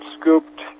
scooped